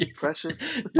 Precious